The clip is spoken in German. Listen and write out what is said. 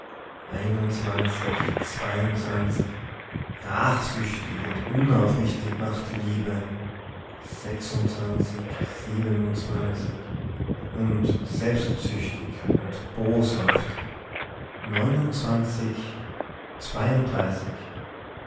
rachsüchtig und unaufrichtig macht die liebe sechsundzwanzig siebenundzwanzig und selbstsüchtig und boshaft